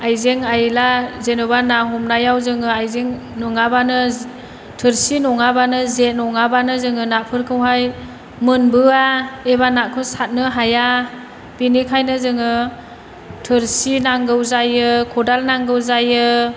आयजें आइला जेन'बा ना हमनायाव जोङो आयजें नङाबानो थोरसि नङाबानो जे नङाबानो जोङो नाफोरखौहाय मोनबोया एबा नाखौ सारनो हाया बेनिखायनो जोङो थोरसि नांगौ जायो खदाल नांगौ जायो